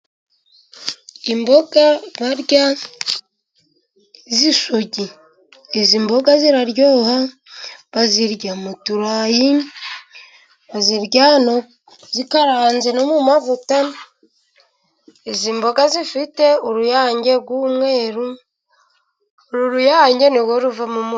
Imboga barya z'isogi, izi mboga ziraryoha bazirya mu turayi, bazirya zikaranze no mu mavuta. Izi mboga zifite uruyange rw'umweru ,uru ruyange ni rwo ruvamo umu....